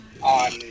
on